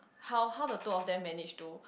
how how the two of them managed to